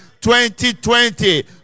2020